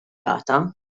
rata